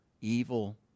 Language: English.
evil